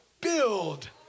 build